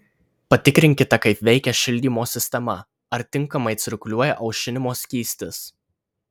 patikrinkite kaip veikia šildymo sistema ar tinkamai cirkuliuoja aušinimo skystis